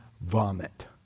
vomit